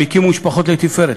הם הקימו משפחות לתפארת,